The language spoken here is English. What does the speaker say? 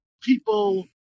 people